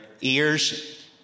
ears